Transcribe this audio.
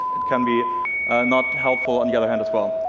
it can be not helpful on the other hand as well.